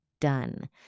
done